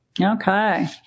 Okay